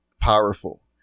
powerful